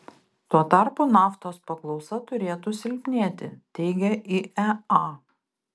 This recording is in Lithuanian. tuo tarpu naftos paklausa turėtų silpnėti teigia iea